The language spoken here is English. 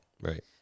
Right